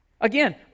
Again